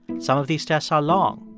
some of these tests are long.